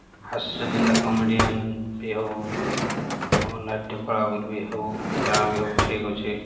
ହାସ୍ୟ ଜେନ୍ଟା କମେଡ଼ିଆନ୍ ବି ହଉ ଆମର୍ ନାଟ୍ୟକଳା ବି ହଉ ଜାଣା ବି ହଉ ଠିକ୍ ଅଛେ